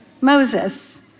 Moses